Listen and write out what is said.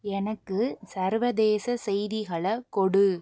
எனக்கு சர்வதேச செய்திகளை கொடு